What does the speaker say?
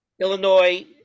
Illinois